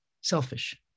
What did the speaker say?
selfish